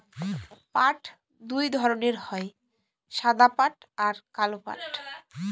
পাট দুই ধরনের হয় সাদা পাট আর কালো পাট